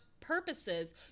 purposes